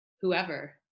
whoever